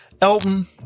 Elton